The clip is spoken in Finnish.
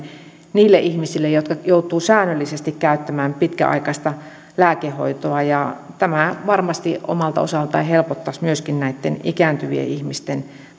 niihin ihmisiin jotka joutuvat säännöllisesti käyttämään pitkäaikaista lääkehoitoa tämä varmasti omalta osaltaan helpottaisi myöskin näitten ikääntyvien ihmisten